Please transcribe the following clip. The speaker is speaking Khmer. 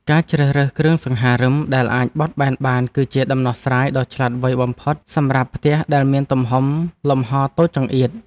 ការជ្រើសរើសគ្រឿងសង្ហារិមដែលអាចបត់បែនបានគឺជាដំណោះស្រាយដ៏ឆ្លាតវៃបំផុតសម្រាប់ផ្ទះដែលមានទំហំលំហរតូចចង្អៀត។